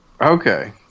Okay